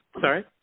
Sorry